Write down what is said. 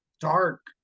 dark